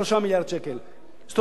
זאת אומרת, אני יכול להראות לך אפשרות